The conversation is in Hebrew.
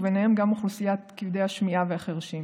ובהם גם אוכלוסיית כבדי השמיעה והחירשים.